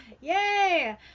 Yay